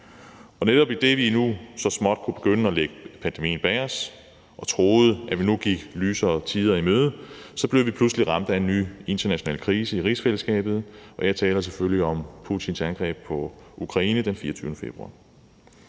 Netop idet vi nu så småt kunne begynde at lægge pandemien bag os og troede, at vi nu gik lysere tider i møde, blev vi pludselig ramt af en ny international krise i rigsfællesskabet, og jeg taler selvfølgelig om Putins angreb på Ukraine den 24. februar.